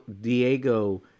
Diego